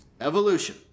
Evolution